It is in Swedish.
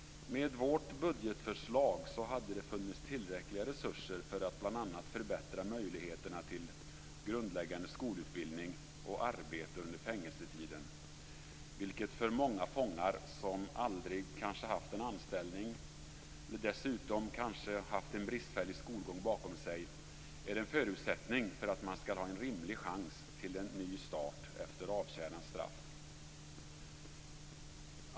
Med vårt budgetförslag hade det funnits tillräckliga resurser för att bl.a. förbättra möjligheterna till grundläggande skolutbildning och arbete under fängelsetiden. För många fångar, som kanske aldrig haft en anställning och dessutom kanske har en bristfällig skolgång bakom sig, är det en förutsättning för att de skall ha en rimlig chans till en ny start efter avtjänat straff.